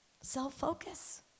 self-focus